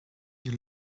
you